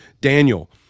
Daniel